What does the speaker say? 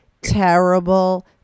terrible